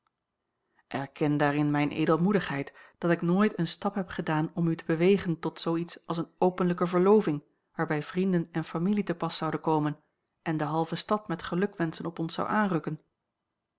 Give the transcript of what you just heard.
erken daarin mijne edelmoedigheid dat ik nooit een stap heb gedaan om u te bewegen tot zoo iets als eene openlijke verloving waarbij vrienden en familie te pas zouden komen en de halve stad met gelukwenschen op ons zou aanrukken